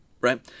right